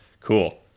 Cool